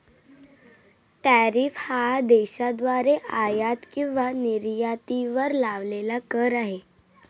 tariff हा देशाद्वारे आयात किंवा निर्यातीवर लावलेला कर आहे